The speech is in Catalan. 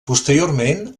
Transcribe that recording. posteriorment